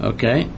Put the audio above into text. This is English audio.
Okay